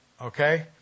okay